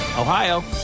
Ohio